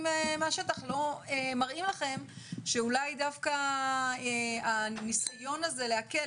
מהשטח לא מראים לכם שאולי דווקא הניסיון הזה להקל,